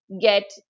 get